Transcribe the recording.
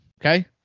Okay